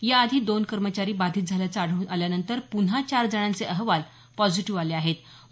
याआधी दोन कर्मचारी बाधित झाल्याचं आढळून आल्यानंतर पुन्हा चार जणांचे अहवाल आज पॉझिटिव्ह प्राप्त झाले